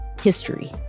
history